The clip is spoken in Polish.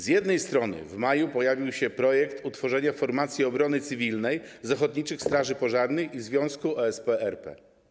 Z jednej strony w maju pojawił się projekt utworzenia formacji obrony cywilnej z ochotniczych straży pożarnych i Związku OSP RP.